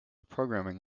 programming